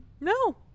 No